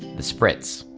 the spritz.